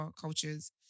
cultures